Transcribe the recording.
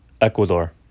Ecuador